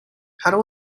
how